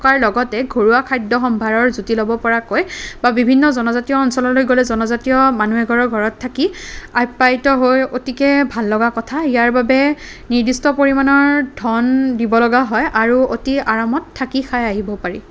থকাৰ লগতে ঘৰুৱা খাদ্যসম্ভাৰৰ জুতি ল'ব পৰাকৈ বা বিভিন্ন জনজাতীয় অঞ্চললৈ গ'লে জনজাতীয় মানুহ এঘৰৰ ঘৰত থাকি অপ্যায়িত হৈ অতিকে ভাললগা কথা ইয়াৰ বাবে নিৰ্দিষ্ট পৰিমাণৰ ধন দিবলগা হয় আৰু অতি আৰামত থাকি খাই আহিব পাৰি